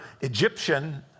Egyptian